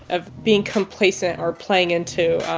of being complacent or playing into